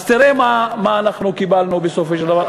אז תראה מה אנחנו קיבלנו, בסופו של דבר.